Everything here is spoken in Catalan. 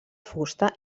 fusta